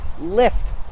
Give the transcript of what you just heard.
lift